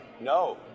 No